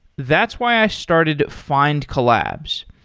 that's why i started findcollabs.